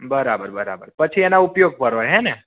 બરાબર બરાબર પછી એના ઉપયોગ પર હોય હેને